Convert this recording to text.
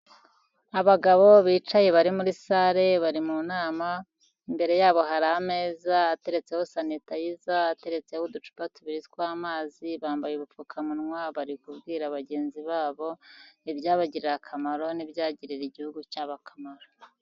Abagabo bicaye bari muri sare bari mu nama, imbere yabo hari ameza ateretseho sanetaiyiza, ateretseho uducupa tubiri tw'amazi, bambaye ubupfukamunwa bari kubwira bagenzi babo ibyabagiriye akamaro n'ibyagirira igihugu cyabo akamaro.